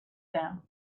them